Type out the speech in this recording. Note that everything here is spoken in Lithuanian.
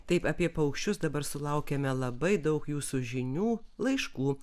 taip apie paukščius dabar sulaukiame labai daug jūsų žinių laiškų